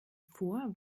vor